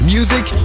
Music